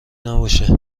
نباشه